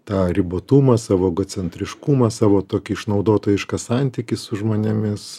tą ribotumą savo egocentriškumą savo tokį išnaudotojišką santykį su žmonėmis